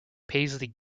paisley